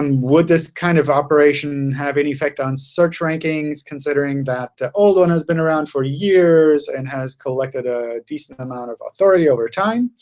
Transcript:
um would this kind of operation have any effect on search rankings considering that the old one has been around for years and has collected a decent amount of authority over time?